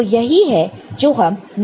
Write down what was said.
तो यही है जो हम NOR गेट के लिए देखते हैं